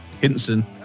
Hinson